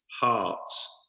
hearts